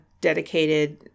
dedicated